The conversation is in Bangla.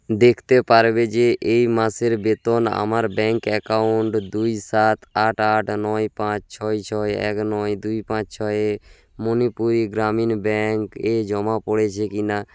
দেখতে পারবে যে এই মাসের বেতন আমার ব্যাঙ্ক অ্যাকাউন্ট দুই সাত আট আট নয় পাঁচ ছয় ছয় এক নয় দুই পাঁচ ছয় এ মণিপুরি গ্রামীণ ব্যাঙ্ক এ জমা পড়েছে কি না